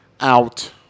out